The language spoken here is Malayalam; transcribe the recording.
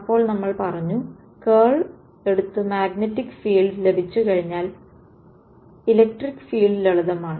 അപ്പോൾ നമ്മൾ പറഞ്ഞു കേൾ എടുത്ത് മാഗ്ന്റ്റിക് ഫീൾഡ് ലഭിച്ചുകഴിഞ്ഞാൽ ഇലക്ടിക് ഫീൾഡ് ലളിതമാണ്